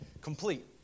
complete